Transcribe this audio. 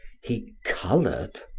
he colored.